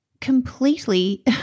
completely